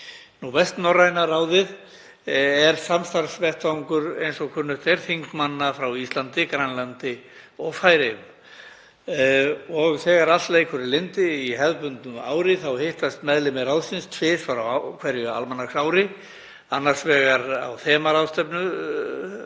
Vestnorræna ráðið er samstarfsvettvangur, eins og kunnugt er, þingmanna frá Íslandi, Grænlandi og Færeyjum. Þegar allt leikur í lyndi í hefðbundnu ári þá hittast meðlimir ráðsins tvisvar á hverju almanaksári, annars vegar á þemaráðstefnu að